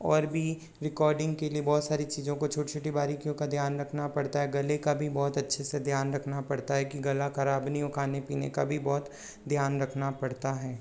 और भी रिकॉर्डिंग के लिए बहुत सारी चीज़ों को छोटी छोटी बारीकियों का ध्यान रखना पड़ता है गले का भी बहुत अच्छे से ध्यान रखना पड़ता है की गला खराब नी हो खाने पीने का भी बहुत ध्यान रखना पड़ता हैं